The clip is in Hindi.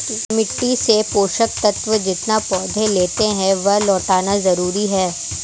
मिट्टी से पोषक तत्व जितना पौधे लेते है, वह लौटाना जरूरी है